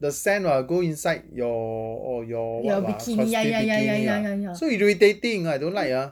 the sand will go inside your orh your [what] [what] costume bikini ah so irritating I don't like ah